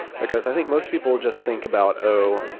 because i think most people just think about, oh!